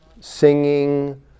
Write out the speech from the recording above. singing